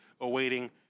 awaiting